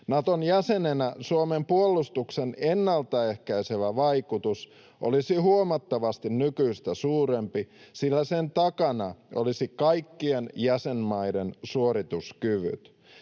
Naton jäsenenä Suomen puolustuksen ennalta ehkäisevä vaikutus olisi huomattavasti nykyistä suurempi, sillä sen takana olisivat kaikkien jäsenmaiden suorituskyvyt.